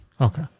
Okay